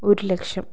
ഒരു ലക്ഷം